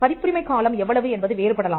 பதிப்புரிமை காலம் எவ்வளவு என்பது வேறுபடலாம்